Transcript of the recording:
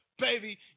Baby